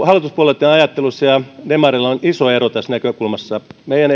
hallituspuolueitten ajattelussa ja demareilla on iso ero tässä näkökulmassa meidän näkökulmamme